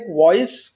voice